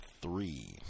three